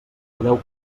podeu